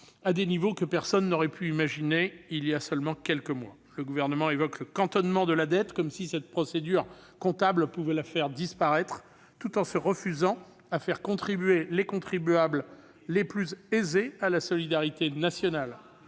à des niveaux que personne n'aurait pu imaginer il y a seulement quelques mois. Le Gouvernement évoque le « cantonnement » de la dette, comme si cette procédure comptable pouvait la faire disparaître ... Absolument !... tout en refusant de faire participer les contribuables les plus aisés à la solidarité nationale.